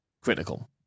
critical